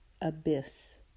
Abyss